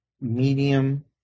medium